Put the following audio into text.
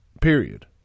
period